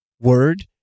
word